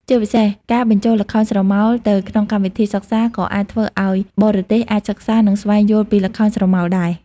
ជាពិសេសការបញ្ចូលល្ខោនស្រមោលទៅក្នុងកម្មវិធីសិក្សាក៏អាចធ្វើឲ្យបរទេសអាចសិក្សា និងស្វែងយល់ពីល្ខោនស្រមោលដែរ។